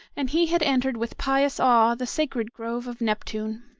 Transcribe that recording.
and he had entered with pious awe the sacred grove of neptune.